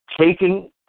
taking